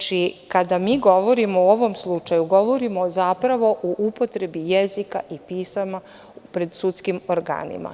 Kada govorimo o ovom slučaju, govorimo zapravo o upotrebi jezika i pisama pred sudskim organima.